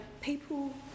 people